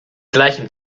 gleichem